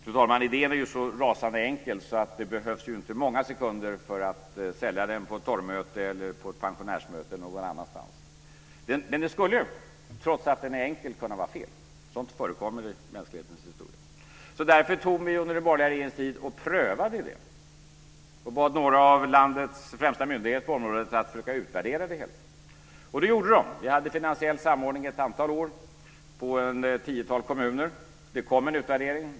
Fru talman, idén är ju så rasande enkel, så det behövs ju inte många sekunder för att sälja den på ett torgmöte, ett pensionärsmöte eller någon annanstans. Men den skulle ju, trots att den är enkel, kunna vara fel. Sådant förekommer i mänsklighetens historia. Därför tog vi under den borgerliga regeringens tid och prövade idén, och bad några av landets främsta myndigheter på området att försöka utvärdera det hela. Och det gjorde de. Vi hade finansiell samordning ett antal år i ett tiotal kommuner. Det kom en utvärdering.